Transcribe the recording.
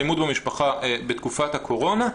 אלימות במשפחה בתקופת הקורונה,